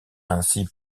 ainsi